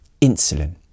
insulin